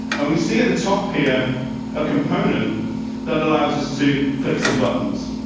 and we see at the top here a component that allows us to clicks and buttons.